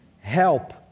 help